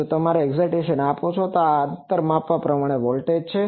જો તમે આને એક્સાઈટેસન આપો છો તો આ અંતરે માપવામાં આવેલ વોલ્ટેજ છે